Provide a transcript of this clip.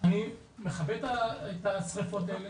מכבה את השריפות האלה,